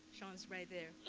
sean is right there.